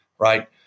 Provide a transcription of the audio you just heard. Right